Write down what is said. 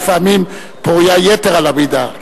לפעמים פורייה יתר על המידה.